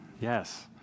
Yes